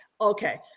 okay